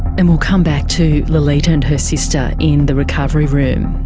and we'll come back to lolita and her sister in the recovery room.